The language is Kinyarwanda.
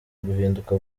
guhinduka